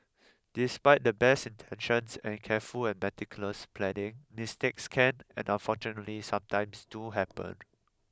despite the best intentions any careful and meticulous planning mistakes can and unfortunately sometimes do happen